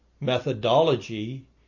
methodology